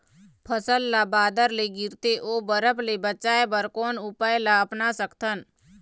फसल ला बादर ले गिरथे ओ बरफ ले बचाए बर कोन उपाय ला अपना सकथन?